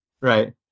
right